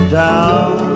down